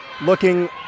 looking